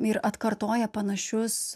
ir atkartoja panašius